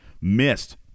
missed